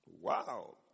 Wow